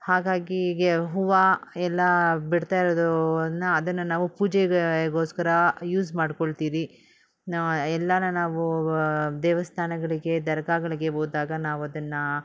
ಹಾಗಾಗಿ ಹೀಗೆ ಹೂವು ಎಲ್ಲ ಬಿಡ್ತಾಯಿರೋದನ್ನು ಅದನ್ನು ನಾವು ಪೂಜೆಗೆ ಗೋಸ್ಕರ ಯೂಸ್ ಮಾಡಿಕೊಳ್ತೀರಿ ನ ಎಲ್ಲಾನ ನಾವು ದೇವಸ್ಥಾನಗಳಿಗೆ ದರ್ಗಾಗಳಿಗೆ ಹೋದಾಗ ನಾವದನ್ನು